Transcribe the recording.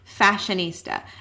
fashionista